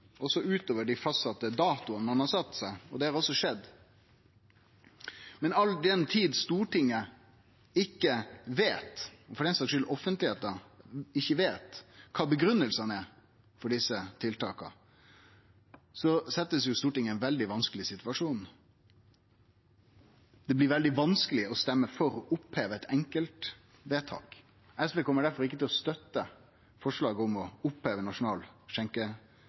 utover dei fastsette datoane ein har sett, og det har altså skjedd. Men all den tid Stortinget – og for den saks skuld offentlegheita – ikkje veit kva grunngivingane er for desse tiltaka, blir Stortinget sett i ein veldig vanskeleg situasjon. Det blir veldig vanskeleg å stemme for å oppheve eit enkeltvedtak. SV kjem difor ikkje til å støtte forslaget om å oppheve nasjonal